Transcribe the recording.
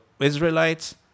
Israelites